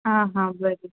आं हां बरें